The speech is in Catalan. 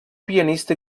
pianista